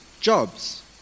jobs